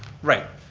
right,